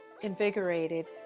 invigorated